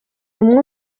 rumwe